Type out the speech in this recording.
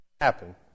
happen